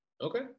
Okay